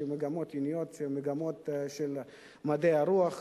של מגמות עיוניות, מגמות של מדעי הרוח.